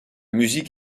musique